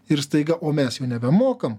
ir staiga o mes jau nebemokam